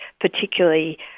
particularly